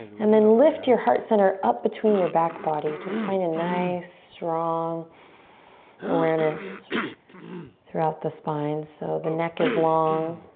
and then lift your heart center up between your back body. just find a nice strong awareness throughout the spine so the neck is long.